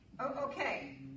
Okay